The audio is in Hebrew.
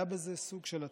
היה בזה סוג של הצלה.